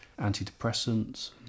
antidepressants